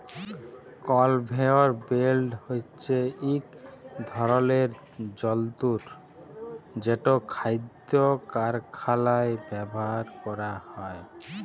conveyor belt হছে ইক ধরলের যল্তর যেট খাইদ্য কারখালায় ব্যাভার ক্যরা হ্যয়